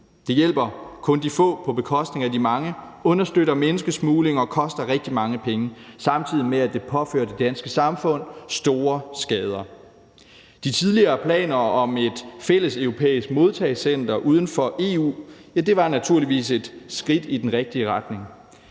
Den hjælper kun de få på bekostning af de mange, understøtter menneskesmugling og koster rigtig mange penge, samtidig med at den påfører det danske samfund store skader. De tidligere planer om et fælleseuropæisk modtagecenter uden for EU var naturligvis et skridt i den rigtige retning.